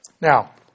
Now